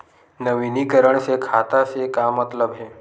नवीनीकरण से खाता से का मतलब हे?